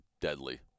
deadly